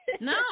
no